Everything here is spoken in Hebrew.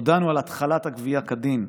הודענו על התחלת הגבייה כדין,